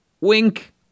Wink